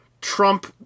Trump